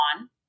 on